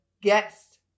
guest